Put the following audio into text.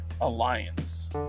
Alliance